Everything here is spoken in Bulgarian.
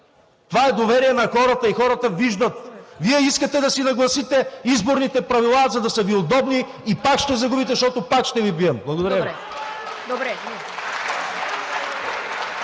Това е доверие на хората и хората виждат – Вие искате да си нагласите изборните правила, за да са Ви удобни, и пак ще загубите, защото пак ще Ви бием. Благодаря